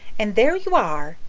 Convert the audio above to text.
and there you are.